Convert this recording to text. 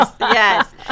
yes